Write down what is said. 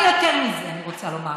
אבל יותר מזה אני רוצה לומר לכם.